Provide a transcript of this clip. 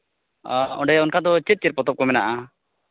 ᱚᱸᱰᱮ ᱚᱱᱠᱟ ᱫᱚ ᱪᱮᱫ ᱪᱮᱫ ᱯᱚᱛᱚᱵ ᱠᱚ ᱦᱮᱱᱟᱜᱼᱟ